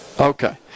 Okay